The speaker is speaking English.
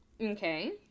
Okay